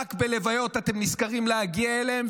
ורק בלוויות אתם נזכרים להגיע אליהם.